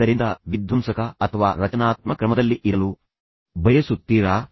ಆದ್ದರಿಂದ ನೀವು ವಿಧ್ವಂಸಕ ಕ್ರಮದಲ್ಲಿ ಇರಲು ಬಯಸುತ್ತೀರಾ ಅಥವಾ ರಚನಾತ್ಮಕ ಕ್ರಮದಲ್ಲಿ ಇರಲು ಬಯಸುತ್ತೀರಾ